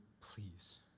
please